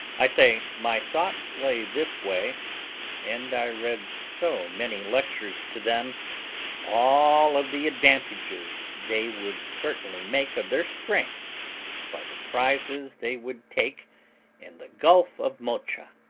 i say, my thoughts lay this way and i read so many lectures to them all of the advantages they would certainly make of their strength by the prizes they would take in the gulf of mocha,